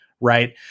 right